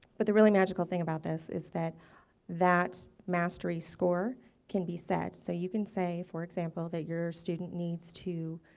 but the really magical thing about this is that that mastery score can be set. so you can say for example that your student needs to